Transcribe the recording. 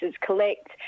collect